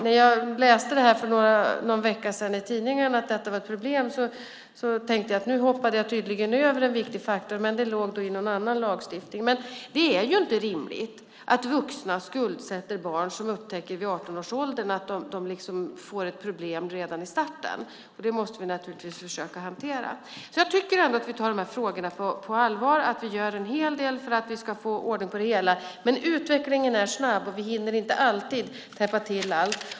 När jag för någon vecka sedan läste i tidningarna att detta var ett problem tänkte jag att jag tydligen hoppade över en viktig faktor, men det låg då i någon annan lagstiftning. Men det är inte rimligt att vuxna skuldsätter barn som sedan i 18-årsåldern upptäcker att de får problem redan i starten. Det måste vi naturligtvis försöka hantera. Jag tycker att vi tar de här frågorna på allvar och att vi gör en hel del för att få ordning på det hela. Men utvecklingen är snabb, och vi hinner inte alltid täppa till allt.